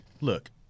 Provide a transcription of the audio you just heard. look